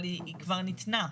היא כבר ניתנה.